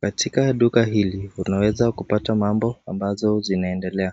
Katika duka hili una weza kupata mambo ambazo zina endela,